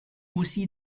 aussi